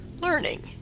Learning